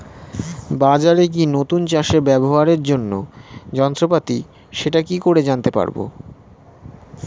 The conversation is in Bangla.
বাজারে কি নতুন চাষে ব্যবহারের জন্য যন্ত্রপাতি সেটা কি করে জানতে পারব?